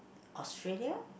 Australia